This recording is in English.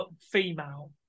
female